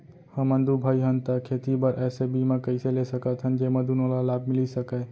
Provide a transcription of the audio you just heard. हमन दू भाई हन ता खेती बर ऐसे बीमा कइसे ले सकत हन जेमा दूनो ला लाभ मिलिस सकए?